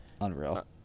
Unreal